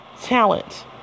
Talent